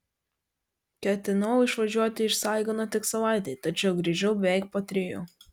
ketinau išvažiuoti iš saigono tik savaitei tačiau grįžau beveik po trijų